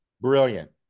Brilliant